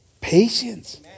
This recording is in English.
patience